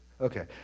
Okay